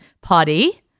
potty